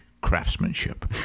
craftsmanship